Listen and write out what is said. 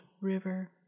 river